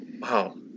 Wow